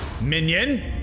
Minion